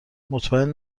مطمئن